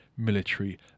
military